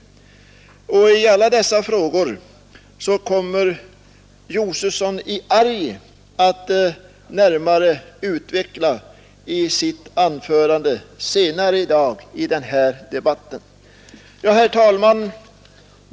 Alla dessa frågor kommer herr Josefson i Arrie att närmare utveckla i sitt anförande senare i dagens debatt. Herr talman!